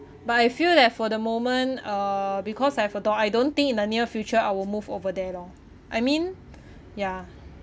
but I feel that for the moment uh because I have a dog I don't think in the near future I will move over there lor I mean ya